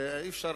ואי-אפשר,